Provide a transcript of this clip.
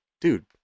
dude